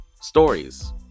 stories